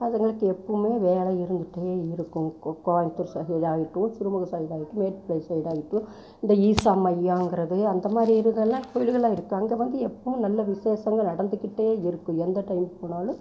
அதுங்களுக்கு எப்பவுமே வேலை இருந்துகிட்டே இருக்கும் கோ கோயம்புத்தூர் சைடாகாட்டும் சிறுமுகை சைடாகாட்டும் மேட்டுப்பாளையம் சைடாகாட்டும் இந்த ஈசா மையோங்கிறது அந்த மாதிரி இதுக்கெல்லாம் கோயிலுகளெல்லாம் இருக்குது அங்கே வந்து எப்பவும் நல்ல விஷேசங்கள் நடந்துக்கிட்டே இருக்கும் எந்த டைம்க்குப் போனாலும்